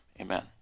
amen